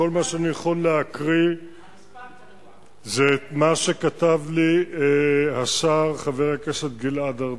כל מה שאני יכול להקריא זה מה שכתב לי השר חבר הכנסת גלעד ארדן.